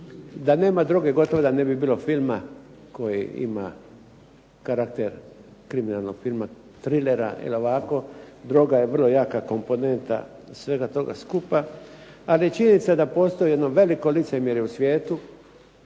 Da nema droge gotovo da ne bi bilo filma koji ima karakter kriminalnog filam, trilera ili ovako. Droga je vrlo jaka komponenta svega toga skupa. Ali je činjenica da postoji jedno veliko licemjerje u svijetu